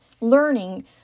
learning